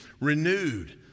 renewed